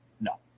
no